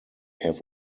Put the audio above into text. have